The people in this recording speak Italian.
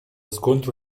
scontro